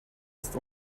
ist